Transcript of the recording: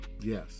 Yes